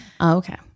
Okay